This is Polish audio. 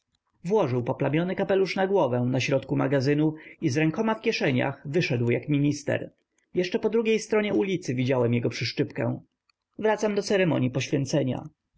włożył poplamiony kapelusz na głowę na środku magazynu i z rękami w kieszeniach wyszedł jak minister jeszcze po drugiej stronie ulicy widziałem jego przyszczypkę wracam do ceremonii poświęcenia